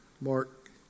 Mark